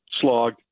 slog